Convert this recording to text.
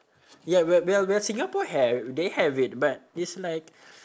ye~ well well well singapore have they have it but it's like